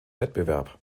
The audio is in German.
wettbewerb